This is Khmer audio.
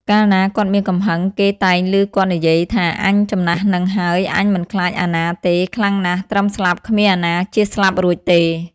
កាលណាគាត់មានកំហឹងគេតែងឮគាត់និយាយថាអញចំណាស់ហ្នឹងហើយ អញមិនខ្លាចអាណាទេ ខ្លាំងណាស់ត្រឹមស្លាប់គ្មានអាណាជៀសស្លាប់រួចទេ។